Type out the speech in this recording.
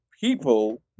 people